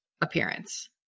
appearance